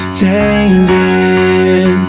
changing